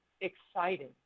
exciting